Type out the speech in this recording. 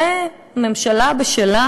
והממשלה בשלה,